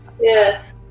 Yes